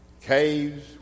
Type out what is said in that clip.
caves